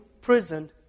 prison